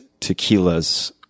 tequilas